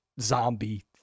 zombie